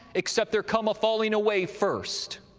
except there come a falling away first,